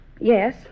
Yes